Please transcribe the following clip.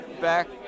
back